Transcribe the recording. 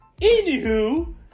Anywho